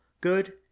good